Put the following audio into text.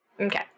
Okay